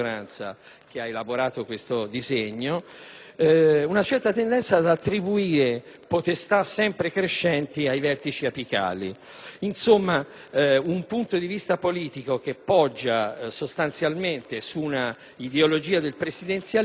che ha elaborato il disegno di legge, ad attribuire potestà sempre crescenti ai vertici apicali. Insomma, un punto di vista politico, che poggia sostanzialmente sull'ideologia del presidenzialismo,